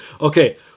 Okay